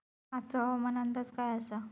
आजचो हवामान अंदाज काय आसा?